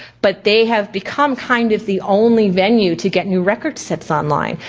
but they have become kind of the only venue to get new record sets online.